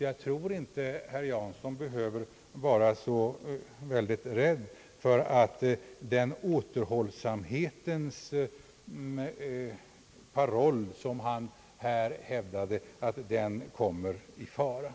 Jag tror därför inte att herr Jansson behöver vara så rädd för att den återhållsamhetens paroll som han här hävdat kommer på skam.